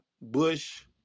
Bush